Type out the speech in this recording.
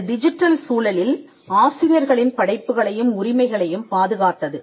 இது டிஜிட்டல்சூழலில் ஆசிரியர்களின் படைப்புகளையும் உரிமைகளையும் பாதுகாத்தது